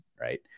right